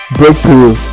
breakthrough